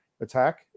attack